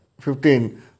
fifteen